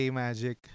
magic